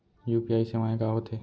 UPI सेवाएं का होथे?